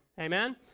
Amen